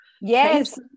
yes